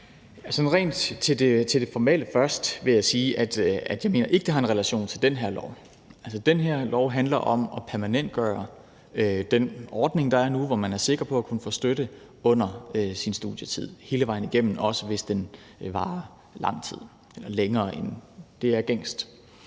det rent formelle vil jeg først sige, at jeg ikke mener, det har en relation til den her lov. Altså, det her lovforslag handler om at permanentgøre den ordning, der er nu, hvor man er sikker på at kunne få støtte under sin studietid hele vejen igennem, også hvis den varer lang tid, længere tid end den gængse